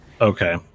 okay